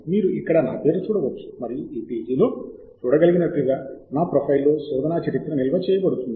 మీరు ఇక్కడ నా పేరు చూడవచ్చు మరియు ఈ పేజీలో చూడగలిగినట్లుగా నా ప్రొఫైల్లో శోధన చరిత్ర నిల్వ చేయబడుతుంది